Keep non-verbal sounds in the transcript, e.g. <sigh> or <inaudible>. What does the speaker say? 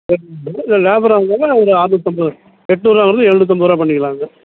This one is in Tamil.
<unintelligible> இல்லை இல்லை லேபராக வந்தாக்கால் ஒரு அறுநூத்தம்பது எட்நூறுரூவாங்கிறது எழுநூத்தம்பது ரூபா பண்ணிக்கலாங்க